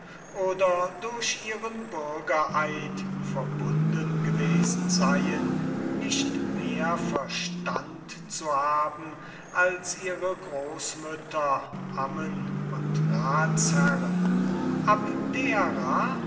oder durch ihren bürgereid verbunden gewesen seien nicht mehr verstand zu haben als ihre großmütter ammen und ratsherren abdera